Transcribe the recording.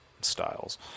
styles